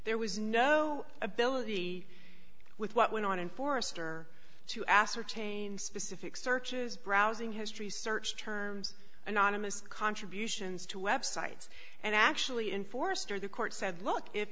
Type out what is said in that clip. there was no ability with what went on in forester to ascertain specific searches browsing history search terms anonymous contributions to websites and actually in forster the court said look i